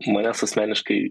manęs asmeniškai